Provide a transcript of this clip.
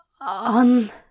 on